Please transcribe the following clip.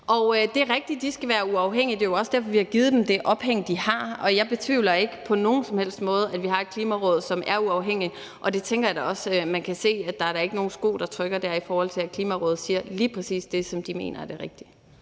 Det er rigtigt, at de skal være uafhængige. Det er jo også derfor, vi har givet dem det opdrag, de har, og jeg betvivler ikke på nogen som helst måde, at vi har et Klimaråd, som er uafhængigt, og det tænker jeg da også at man kan se, altså at der da ikke er nogen sko, der trykker dér, i forhold til at Klimarådet siger lige præcis det, som de mener er det rigtige.